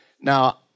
Now